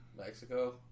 Mexico